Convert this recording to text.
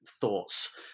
thoughts